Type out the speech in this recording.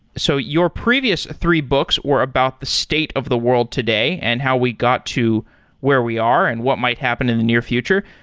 so your previous three books were about the state of the world today and how we got to where we are and what might happen in the near future.